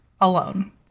alone